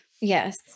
Yes